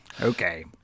Okay